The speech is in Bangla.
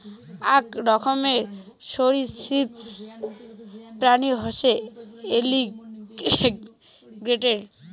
আক রকমের সরীসৃপ প্রাণী হসে এলিগেটের